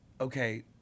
Okay